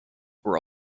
were